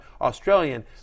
Australian